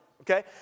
okay